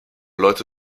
leute